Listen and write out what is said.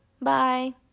Bye